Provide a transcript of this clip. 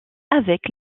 avec